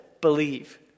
believe